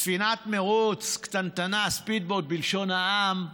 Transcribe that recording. ספינת מרוץ קטנטנה, speed boat, בלשון העם,